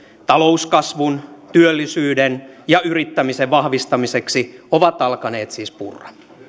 talouskasvun työllisyyden ja yrittämisen vahvistamiseksi ovat alkaneet siis purra